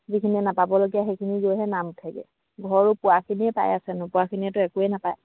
যিখিনি নাপাবলগীয়া সেইখিনি গৈহে নাম উঠেগৈ ঘৰো পোৱাখিনিয়ে পাই আছে নোপোৱাখিনিয়েতো একোৱেই নাপায়